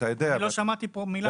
אני לא שמעתי פה מילה אחת על הכשרת נכים.